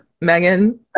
Megan